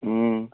ও